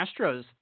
Astros